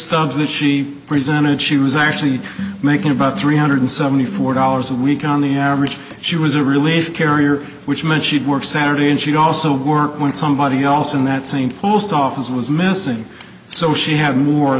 stubs that she presented she was actually making about three hundred seventy four dollars a week on the average she was a relief carrier which meant she'd work saturday and she'd also work when somebody else in that same post office was missing so she had more